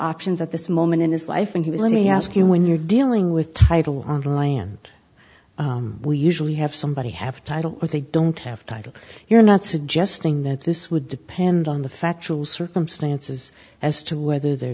options at this moment in his life and he was let me ask you when you're dealing with title on land we usually have somebody have title but they don't have title you're not suggesting that this would depend on the factual circumstances as to whether the